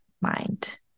mind